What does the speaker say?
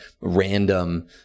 random